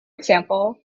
example